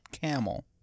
camel